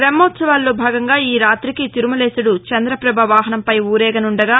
బ్రహ్మోత్సవాల్లో భాగంగా ఈ రాతికి తిరుమలేశుడు చంద్రపభ వాహనంపై ఊరేగనుండగా